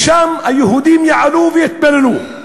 והיהודים יעלו ויתפללו שם.